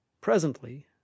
Presently